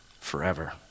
forever